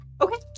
Okay